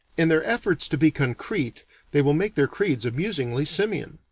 in their efforts to be concrete they will make their creeds amusingly simian.